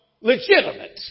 legitimate